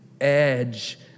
edge